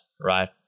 right